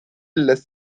lässt